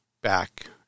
back